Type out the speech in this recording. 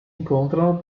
incontrano